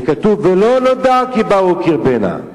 וכתוב: ולא נודע כי באו אל קרבנה.